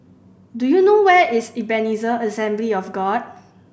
do you know where is Ebenezer Assembly of God